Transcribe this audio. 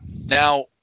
Now